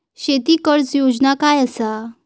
शेती कर्ज योजना काय असा?